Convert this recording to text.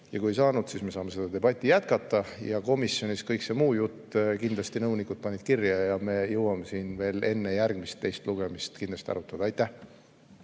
ja kui ei saanud, siis me saame seda debatti jätkata. Ja komisjonis kõik selle muu jutu kindlasti nõunikud panid kirja ja me jõuame siin veel enne järgmist teist lugemist kindlasti arutada. Aitäh!